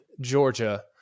georgia